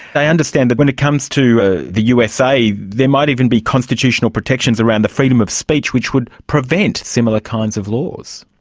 i understand that when it comes to the usa there might even be constitutional protections around the freedom of speech which would prevent similar kinds of laws.